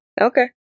Okay